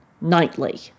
nightly